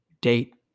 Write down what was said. date